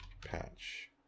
patch